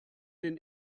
den